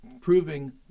proving